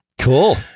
Cool